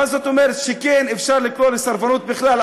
מה זאת אומרת שכן אפשר לקרוא לסרבנות בכלל,